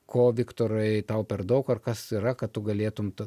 ko viktorai tau per daug ar kas yra kad tu galėtum to